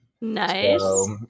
Nice